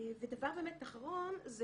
דבר באמת אחרון זה